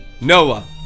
Noah